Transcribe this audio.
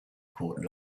caught